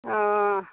অ